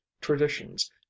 traditions